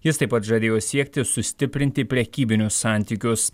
jis taip pat žadėjo siekti sustiprinti prekybinius santykius